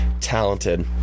talented